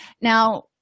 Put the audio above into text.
Now